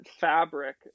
fabric